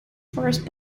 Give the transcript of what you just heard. first